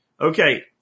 Okay